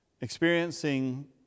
experiencing